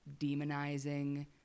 demonizing